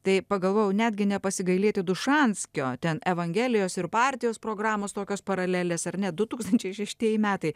tai pagalvojau netgi nepasigailėti dušanskio ten evangelijos ir partijos programos tokios paralelės ar ne du tūkstančiai šeštieji metai